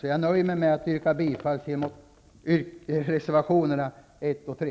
Jag nöjer mig med att yrka bifall till reservationerna 1 och 3.